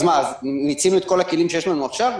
אז מה, אז מיצינו את כל הכלים שיש לנו עכשיו?